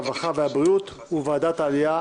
הרווחה והבריאות וועדת העלייה,